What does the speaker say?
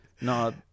No